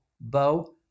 bow